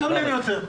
מקבלים יותר.